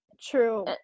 true